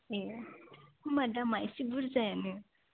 ए होमबा दामा एसे बुरजायानो